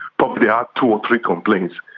but but ah two or three complaints.